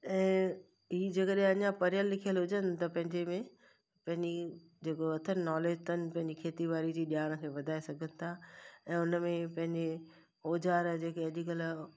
ऐं ई जे कॾहिं अञा पढ़ियल लिखियल हुजनि त पंहिंजे में पंहिंजी जे को अथनि नॉलेज अथनि पंहिंजी खेती ॿाड़ी जी ॼाण खे वधाए सघनि था ऐं हुन में पंहिंजे ओज़ार जे के अॼुकल्ह